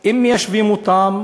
אם מיישבים אותם,